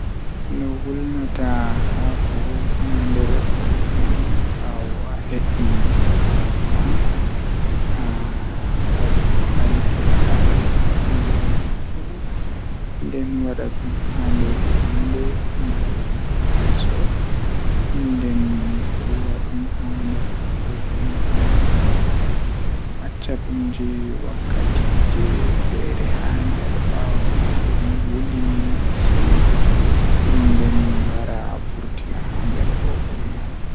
Mashin waawataa waɗde zaane, Kono zaane ko waɗal ɓuri haɓugol e neɗɗo, Sabu art woodani kaɓe njogorde e hakkilagol neɗɗo. Mashinji waawataa ɓe njikkita, Wawanɗe ngoodi e faama ɗi waɗi, Kono ɗuum no waawi heɓde gollal heɓugol e moƴƴi, e njogordi ɗi waɗa ɗi semmbugol. Ko art waɗata goɗɗum ngol, Wala e ɗuum fota ko waɗde hakkiɗe.